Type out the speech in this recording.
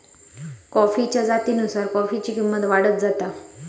कॉफीच्या जातीनुसार कॉफीची किंमत वाढत जाता